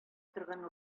торган